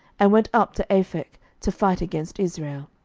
and went up to aphek, to fight against israel.